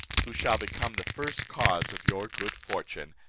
who shall become the first cause of your good fortune,